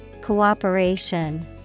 Cooperation